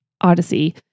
Odyssey